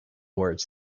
words